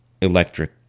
electric